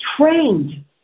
trained